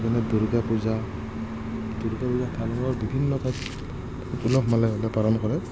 যেনে দুৰ্গা পূজা দুৰ্গাপূজা ভাৰতৰ বিভিন্ন ঠাইত উলহ মালহেৰে পালন কৰে